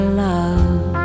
love